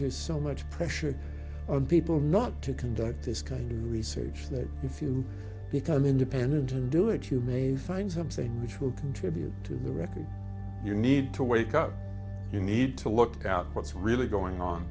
there's so much pressure on people not to conduct this kind of research that if you become independent and do it you may find something which will contribute to the record you need to wake up you need to look out what's really going on